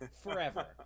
Forever